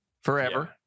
forever